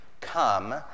Come